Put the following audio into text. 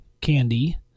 candy